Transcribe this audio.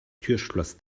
türschloss